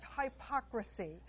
hypocrisy